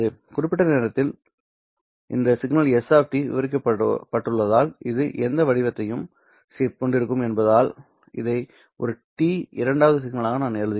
குறிப்பிட்ட நேரத்தில் இந்த சிக்னல் s விவரிக்கப்பட்டுள்ளதால் இது எந்த வடிவத்தையும் கொண்டிருக்கக்கூடும் என்பதால் இதை ஒரு t இரண்டாவது சிக்னலாக நான் கருதுகிறேன்